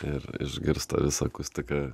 ir išgirsta visą akustiką